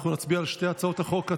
אנחנו נצביע על שתי הצעות החוק.